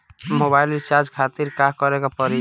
Mobile recharge करे खातिर का करे के पड़ी?